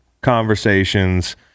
conversations